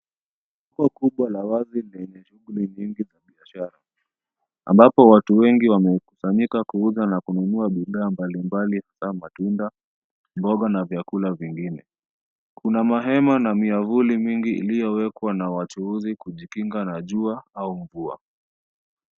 Soko kubwa la wazi lenye shughuli nyingi za biashara ambapo watu wengi wamekusanyika kuuza na kununua bidhaa mbalimbali hasa matunda, mboga na vyakula vingine. Kuna mahema na miavuli mingi iliyowekwa na wachuuzi kujikinga na jua au mvua.